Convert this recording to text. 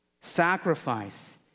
sacrifice